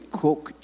cook